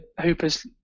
Hooper's